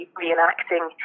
reenacting